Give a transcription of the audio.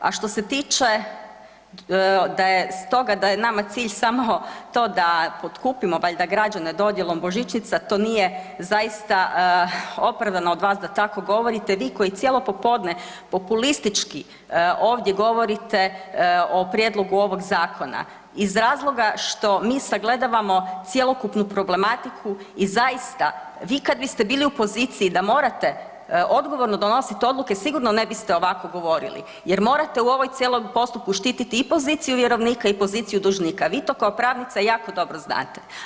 A što se tiče da je stoga da je nama cilj samo to da potkupimo valjda građane dodjelom božićnica, to nije zaista opravdano od vas da tako govorite, vi koji cijelo popodne populistički ovdje govorite o prijedlogu ovog zakona iz razloga što mi sagledavamo cjelokupnu problematiku, i zaista vi kad bi ste bili u poziciji da morate odgovorno donosit odluke, sigurno ne biste ovako govorili jer morate u cijelom ovom postupku štititi i poziciju vjerovnika i poziciju dužnika, vi to kao pravnica jako dobro znate.